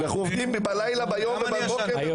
אנחנו עובדים בלילה וביום ובבוקר.